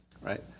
right